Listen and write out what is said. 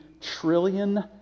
trillion